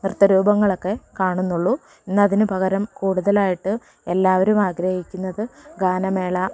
നൃത്തരൂപങ്ങളൊക്കെ കാണുന്നുള്ളൂ ഇന്നതിനുപകരം കൂടുതലായിട്ട് എല്ലാവരും ആഗ്രഹിക്കുന്നത് ഗാനമേള